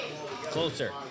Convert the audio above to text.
Closer